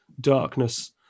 darkness